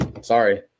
Sorry